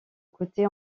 coûté